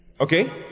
Okay